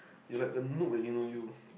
you like the noob leh you know you